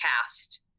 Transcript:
cast